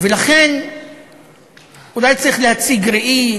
לכן אולי צריך להציג ראי,